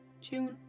June